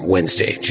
Wednesday